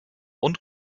und